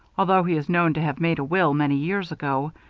although he is known to have made a will, many years ago,